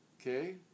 okay